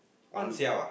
on